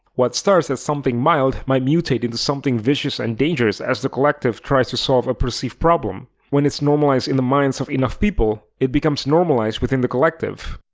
what starts as something mild might mutate into something vicious and dangerous as the collective tries to solve a perceived problem. when it's normalized in the minds of enough people, it becomes normalized within the collective.